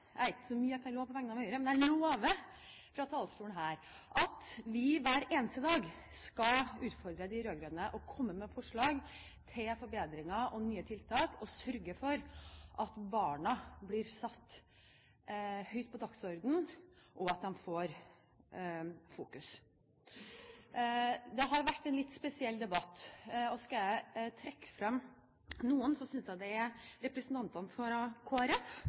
jeg – det er ikke så mye jeg kan love på vegne av Høyre – fra talerstolen at vi hver eneste dag skal utfordre de rød-grønne og komme med forslag til forbedringer og nye tiltak og sørge for at barna blir satt høyt på dagsordenen, og at de får oppmerksomhet. Det har vært en litt spesiell debatt. Skal jeg trekke frem noen, synes jeg representantene fra Kristelig Folkeparti har hatt nyanserte og fine innlegg. Til slutt vil jeg, fordi dette er